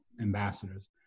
ambassadors